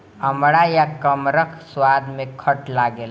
अमड़ा या कमरख स्वाद में खट्ट लागेला